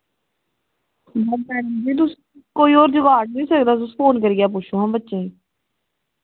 madam ji तुस होर कोई जुगाड़ ई करो फोन करियै पुच्छो हां बच्चें ई